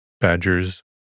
badgers